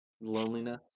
Loneliness